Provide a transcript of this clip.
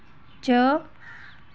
च